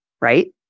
right